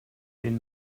den